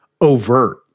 overt